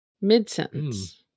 Mid-sentence